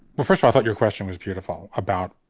well, first, i thought your question was beautiful about